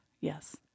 yes